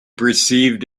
perceived